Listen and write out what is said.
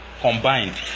combined